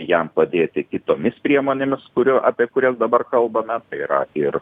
jam padėti kitomis priemonėmis kurio apie kurias dabar kalbame yra ir